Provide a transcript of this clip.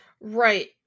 Right